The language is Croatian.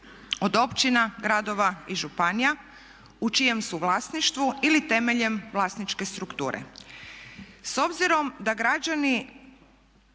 od općina, gradova i županija u čijem su vlasništvu ili temeljem vlasničke strukture. S obzirom da građani